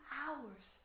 hours